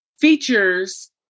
features